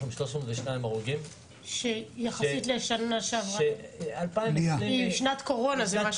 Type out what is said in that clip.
אנחנו ב-302 הרוגים כש-2020 היא שנת קורונה.